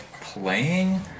playing